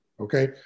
okay